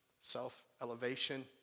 self-elevation